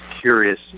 curious